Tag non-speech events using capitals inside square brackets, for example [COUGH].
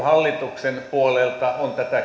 [UNINTELLIGIBLE] hallituksen puolelta on tätä keskustelua ideologisoitu